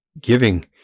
giving